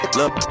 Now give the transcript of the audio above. look